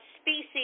species